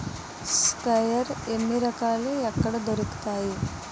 Sprayer ఎన్ని రకాలు? ఎక్కడ దొరుకుతాయి?